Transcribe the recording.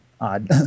odd